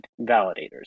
validators